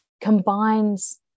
combines